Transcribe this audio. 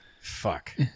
Fuck